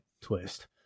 twist